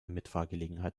mitfahrgelegenheit